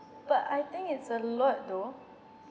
but I think it's a lot though